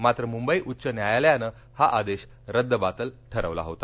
मात्र मुंबई उच्च न्यायालयानं हा आदेश रद्दबातल ठरवला होता